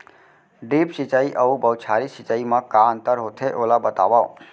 Drip सिंचाई अऊ बौछारी सिंचाई मा का अंतर होथे, ओला बतावव?